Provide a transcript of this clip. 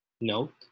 Note